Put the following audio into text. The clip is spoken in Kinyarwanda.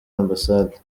ambasade